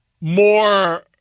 more